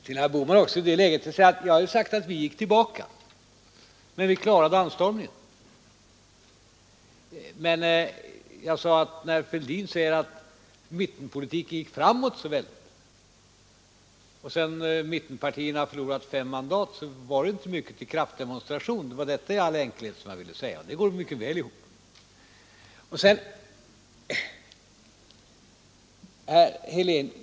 Till herr Bohman vill jag sedan säga att jag förklarade ju att vi gick tillbaka i valet, men vi klarade anstormningen. Men när herr Fälldin sade att mittenpolitiken gick framåt så väldigt, så påpekade jag att mittenpartierna har förlorat fem mandat och att det ju inte är mycket till kraftdemonstration! Det var detta i all enkelhet som jag ville säga. Det går mycket väl ihop.